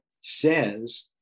says